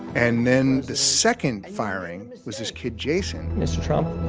and then the second firing was this kid jason mr. trump,